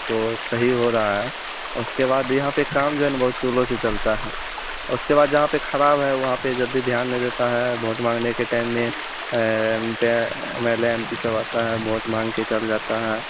तो सही हो रहा है और उसके बाद यहाँ पर काम जो है ना बहुत स्लो से चलता है उसके बाद जहाँ पर खराब है वहाँ पर जल्दी ध्यान नहीं देता है वोट माँगने के टाइम में M L A M P सब आता है वोट माँगकर चला जाता है